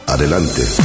Adelante